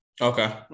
Okay